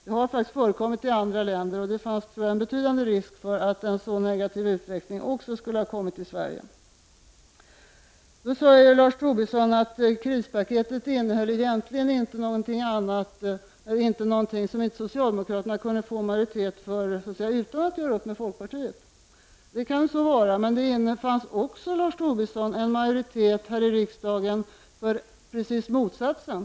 Det har faktiskt förekommit i andra länder, och det fanns betydande risk för en sådan negativ utveckling också i Sverige. Lars Tobisson säger att krispaketet egentligen inte innehöll någonting som inte socialdemokraterna kunnat få majoritet för utan att göra upp med folkpartiet. Det kan så vara, men det fanns också, Lars Tobisson, en majoritet här i riksdagen för precis motsatsen.